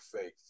faith